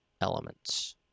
elements